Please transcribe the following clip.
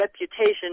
reputation